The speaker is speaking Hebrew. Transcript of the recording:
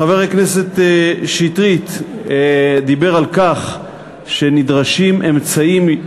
חבר הכנסת שטרית דיבר על כך שנדרשים אמצעים,